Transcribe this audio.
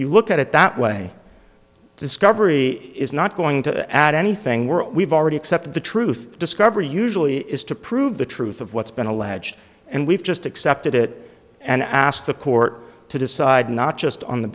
you look at it that way discovery is not going to add anything we're we've already accepted the truth discovery usually is to prove the truth of what's been alleged and we've just accepted it and asked the court to decide not just on the